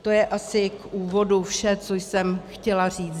To je asi k úvodu vše, co jsem chtěla říct.